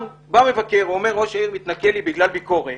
בא מבקר ואומר שראש העיר מתנכל לו בגלל ביקורת,